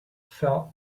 fell